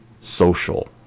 social